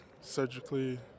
surgically